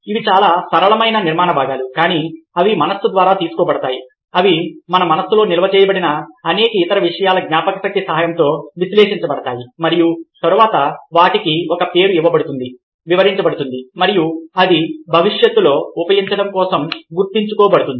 ఇవి చాలా సరళమైన నిర్మాణ భాగాలు కానీ అవి మనస్సు ద్వారా తీసుకోబడతాయి అవి మన మనస్సులో నిల్వ చేయబడిన అనేక ఇతర విషయాల జ్ఞాపకశక్తి సహాయంతో విశ్లేషించబడతాయి మరియు తరువాత వాటికి ఒక పేరు ఇవ్వబడుతుంది వివరించబడుతుంది మరియు అది భవిష్యత్తులో ఉపయోగించడం కోసం గుర్తుంచుకోబడుతుంది